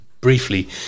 briefly